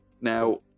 now